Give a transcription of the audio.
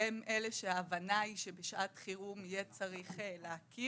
שהם אלה שההבנה היא שבשעת חירום יהיה צריך להכיר.